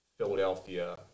Philadelphia